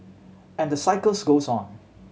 and the cycles goes on